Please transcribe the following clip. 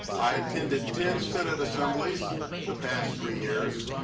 i attended ten synod assemblies the past three years,